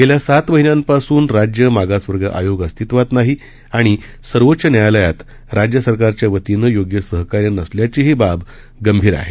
गेल्या सात महिन्यांपासून राज्य मागासवर्ग आयोग अस्तित्वात नाही आणि सर्वोच्च न्यायालयात राज्य सरकारच्या वतीनं योग्य सहकार्य नसल्याचीही बाब गंभीर आहे